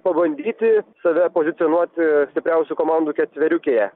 pabandyti save pozicionuoti stipriausių komandų ketveriukėje